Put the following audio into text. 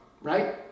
right